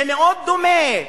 זה מאוד דומה.